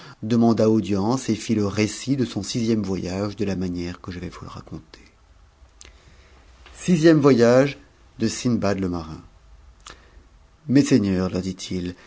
demanda audience et fit le récit de son sixième voyage de la manière que je vais vous le raconter sixtême voyage de stndbao le marin messeigneurs leur dit-il